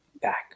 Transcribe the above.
back